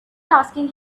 asking